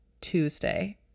Tuesday